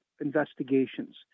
investigations